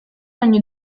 ogni